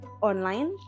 online